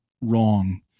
wrong